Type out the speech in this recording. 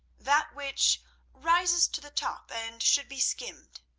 that which rises to the top and should be skimmed.